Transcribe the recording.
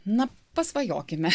na pasvajokime